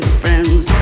friends